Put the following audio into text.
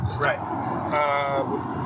right